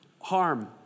harm